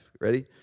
Ready